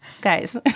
guys